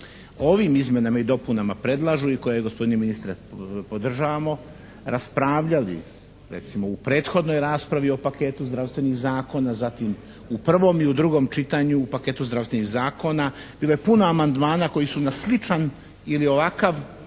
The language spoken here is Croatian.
ovim izmjenama i dopunama predlažu i koje gospodine ministre podržavamo, raspravljali recimo u prethodnoj raspravi o paketu zdravstvenih zakona, zatim u prvom i u drugom čitanju u paketu zdravstvenih zakona. Bilo je puno amandmana koji su na sličan ili ovakav